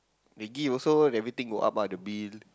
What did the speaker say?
they give also everything go up ah the bill